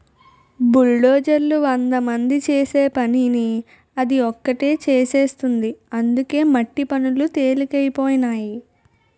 బుల్డోజర్లు వందమంది చేసే పనిని అది ఒకటే చేసేస్తుంది అందుకే మట్టి పనులు తెలికైపోనాయి